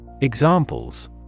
Examples